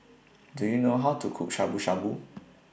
Do YOU know How to Cook Shabu Shabu